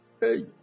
Hey